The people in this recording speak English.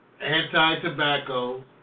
anti-tobacco